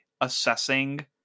assessing